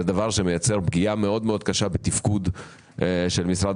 זה דבר שמייצר פגיעה קשה מאוד בתפקוד של משרד